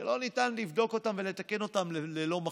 שלא ניתן לבדוק אותם ולתקן אותם ללא מחשב,